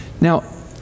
Now